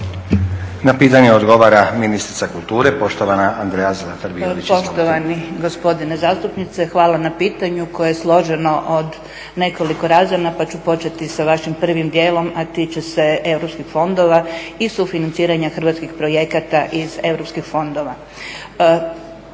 Na pitanje odgovara ministrica kulture, poštovana Andrea Zlatar Violić. Izvolite. **Zlatar Violić, Andrea (HNS)** Poštovani gospodine zastupniče hvala na pitanju koje je složeno od nekoliko razina pa ću početi sa vašim prvim dijelom, a tiče se europskih fondova i sufinanciranja hrvatskih projekata iz europskih fondova.